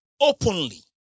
openly